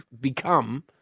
become